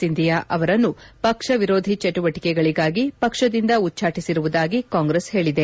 ಸಿಂಧಿಯಾ ಅವರನ್ನು ಪಕ್ಷ ವಿರೋಧಿ ಚಟುವಟಿಕೆಗಳಿಗಾಗಿ ಪಕ್ಷದಿಂದ ಉಚ್ಚಾಟಿಸಿರುವುದಾಗಿ ಕಾಂಗ್ರೆಸ್ ಹೇಳಿದೆ